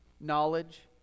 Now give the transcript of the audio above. knowledge